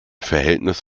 verhältnis